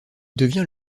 devient